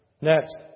Next